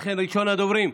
ראשון הדוברים,